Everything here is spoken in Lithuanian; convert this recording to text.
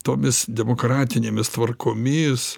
tomis demokratinėmis tvarkomis